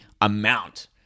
amount